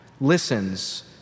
listens